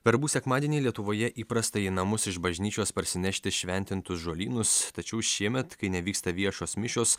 verbų sekmadienį lietuvoje įprasta į namus iš bažnyčios parsinešti šventintus žolynus tačiau šiemet kai nevyksta viešos mišios